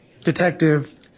Detective